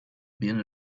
been